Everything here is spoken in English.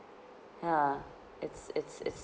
ya it's it's it's